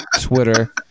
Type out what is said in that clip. Twitter